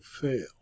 fail